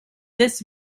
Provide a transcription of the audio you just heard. this